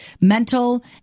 mental